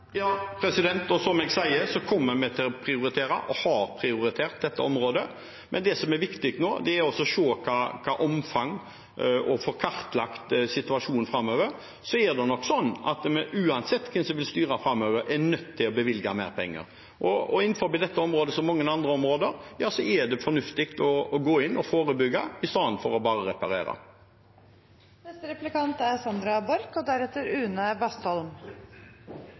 Ja, og som jeg sier: Vi kommer til å prioritere – og har prioritert – dette området. Men det som er viktig nå, er å se på omfanget og få kartlagt situasjonen framover. Uansett hvem som vil styre framover, er en nok nødt til å bevilge mer penger, og innenfor dette området, som så mange andre områder, er det fornuftig å gå inn og forebygge i stedet for bare å reparere. Jeg har merket meg at representanten Halleland har vært litt misfornøyd med egen regjerings rovdyrpolitikk de siste dagene, og